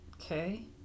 Okay